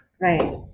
right